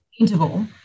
interval